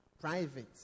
Private